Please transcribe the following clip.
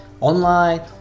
online